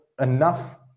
enough